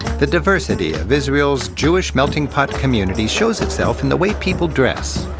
the diversity of israel's jewish melting-pot community shows itself in the way people dress.